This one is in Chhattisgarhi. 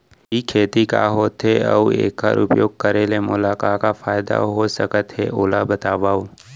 ई खेती का होथे, अऊ एखर उपयोग करे ले मोला का का फायदा हो सकत हे ओला बतावव?